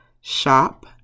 shop